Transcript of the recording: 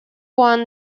won